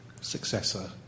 successor